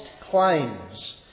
claims